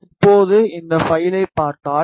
இப்போது இந்த பைலை பார்த்தால்